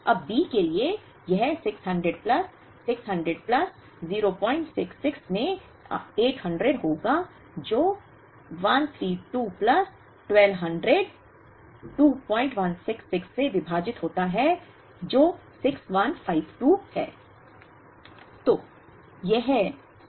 अब B के लिए यह 600 प्लस 600 प्लस 066 में 800 होगा जो 132 प्लस 1200 2166 से विभाजित होता है जो 6152 है